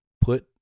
put